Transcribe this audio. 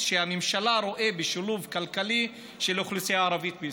שהממשלה רואה בשילוב כלכלי של האוכלוסייה הערבית בישראל".